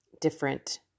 different